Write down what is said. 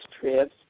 trips